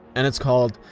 and it's called,